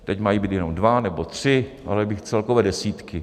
Teď mají být jenom dva nebo tři, ale celkově desítky.